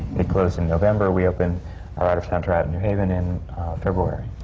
it closed in november. we opened our out-of-town tryout in new haven in february.